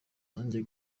nanjye